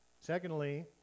Secondly